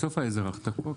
בסוף האזרח תקוע.